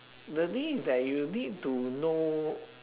the thing is that you need to know